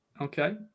Okay